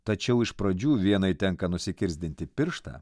tačiau iš pradžių vienai tenka nusikirsdinti pirštą